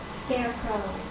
scarecrow